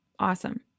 awesome